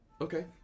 Okay